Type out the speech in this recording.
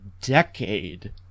decade